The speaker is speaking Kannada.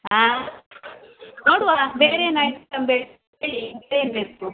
ಹಾಂ ನೋಡುವ ಬೇರೆ ಏನು ಐಟಮ್ ಬೇಕು ಹೇಳಿ ಮತ್ತೇನು ಬೇಕು